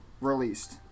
released